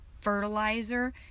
fertilizer